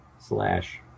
slash